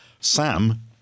Sam